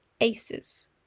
ACEs